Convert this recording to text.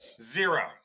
Zero